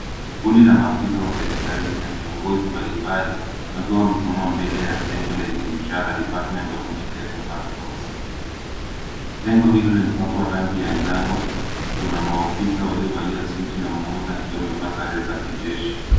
Kundi la maafisa wa serikali na viongozi mbalimbali wakiwa wamesimama mbele ya jengo lenye ishara Department of Migration Passports . Jengo hilo limepakwa rangi ya njano. Kuna maofisa waliovailia suti na mmoja akiwa amevaa sare za kijeshi.